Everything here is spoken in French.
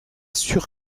sûr